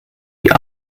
die